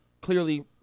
clearly